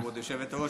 כבוד היושבת-ראש,